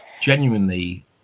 genuinely